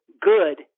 good